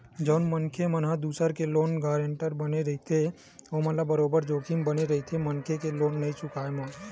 जउन मनखे मन ह दूसर के लोन गारेंटर बने रहिथे ओमन ल बरोबर जोखिम बने रहिथे मनखे के लोन नइ चुकाय म